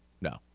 no